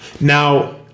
Now